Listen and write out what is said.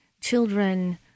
children